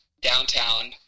downtown